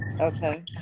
okay